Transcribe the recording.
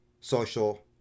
Social